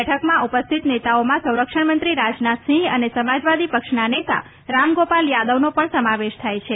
બેઠકમાં ઉપસ્થિત નેતાઓમાં સંરક્ષણમંત્રી રાજનાથસિંહ અને સમાજવાદી પક્ષના નેતા રામ ગોપાલ યાદવનો પણ સમાવેશ થાય છે